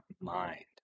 Mind